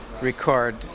record